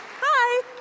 hi